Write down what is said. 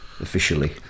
officially